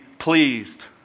Pleased